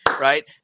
right